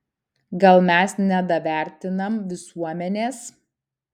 gal mes nedavertinam visuomenės